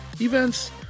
events